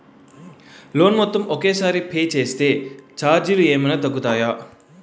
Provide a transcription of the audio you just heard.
Loan మొత్తం ఒకే సారి పే చేస్తే ఛార్జీలు ఏమైనా తగ్గుతాయా?